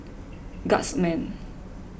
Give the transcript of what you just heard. guardsman